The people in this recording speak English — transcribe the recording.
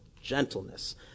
gentleness